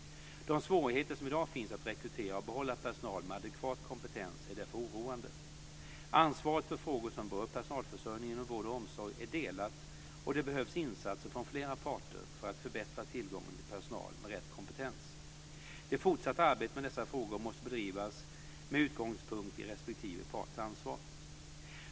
De svårigheter som i dag finns att rekrytera och behålla personal med adekvat kompetens är därför oroande. Ansvaret för frågor som berör personalförsörjning inom vård och omsorg är delat, och det behövs insatser från flera parter för att förbättra tillgången till personal med rätt kompetens. Det fortsatta arbetet med dessa frågor måste bedrivas med utgångspunkt i respektive parts ansvar.